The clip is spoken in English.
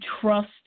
trust